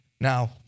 Now